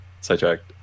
sidetracked